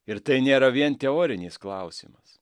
ir tai nėra vien teorinis klausimas